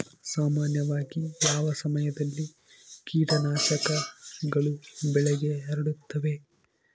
ಸಾಮಾನ್ಯವಾಗಿ ಯಾವ ಸಮಯದಲ್ಲಿ ಕೇಟನಾಶಕಗಳು ಬೆಳೆಗೆ ಹರಡುತ್ತವೆ?